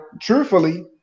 truthfully